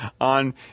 on